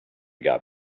got